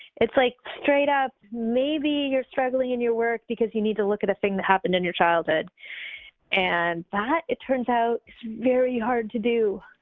it's like straight up, maybe you're struggling in your work because you need to look at a thing that happened in your childhood and that, it turns out, is very hard to do.